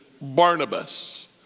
Barnabas